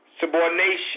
subordination